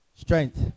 Strength